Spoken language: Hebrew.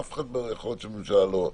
אף אחד בממשלה לא.